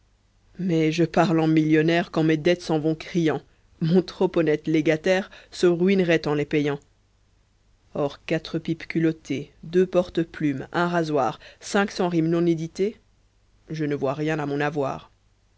mais je parle en millionnaire quand mes dettes s'en vont criant mon trop honnête légataire se ruinerait en les payant hors quatre pipes culottées deux porteplumes un rasoir cinq cents rimes non éditées je ne vois rien à mon avoir